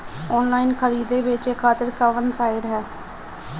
Online खरीदे बेचे खातिर कवन साइड ह?